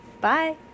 Bye